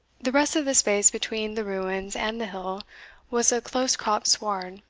the rest of the space between the ruins and the hill was a close-cropt sward,